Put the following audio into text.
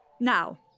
Now